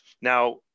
Now